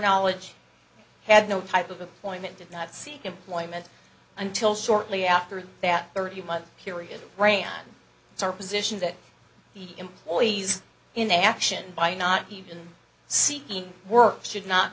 knowledge had no type of employment did not seek employment until shortly after that thirty month period ran it's our position that the employees in action by not even seeking work should not